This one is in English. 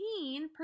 15%